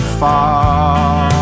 far